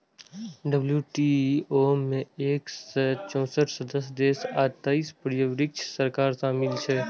WTO मे एक सय चौंसठ सदस्य देश आ तेइस पर्यवेक्षक सरकार शामिल छै